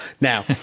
now